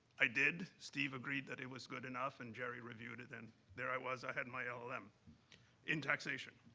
i did, steve agreed that it was good enough, and jerry reviewed it, and there i was, i had my ah llm. in taxation.